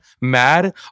mad